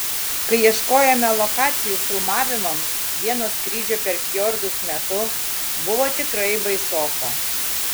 kai ieškojome lokacijų filmavimams vieno skrydžio per fjordus metu buvo tikrai baisoka